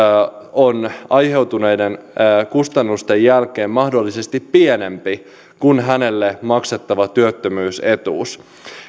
on aiheutuneiden kustannusten jälkeen mahdollisesti pienempi kuin hänelle maksettava työttömyysetuus